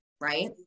right